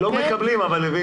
הם לא מקבלים, אבל הבינו.